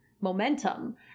momentum